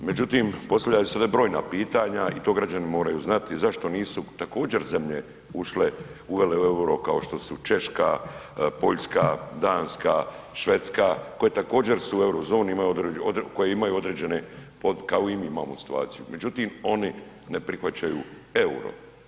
Međutim postavljaju se ovdje brojna pitanja i to građani moraju znati zašto nisu također zemlje ušle, uvele euro kao što su Češka, Poljska, Danska, Švedska, koje također su u euro zoni, koje imaju određene, kao i mi imaju situaciju, međutim oni ne prihvaćaju euro.